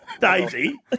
Daisy